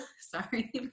sorry